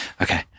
Okay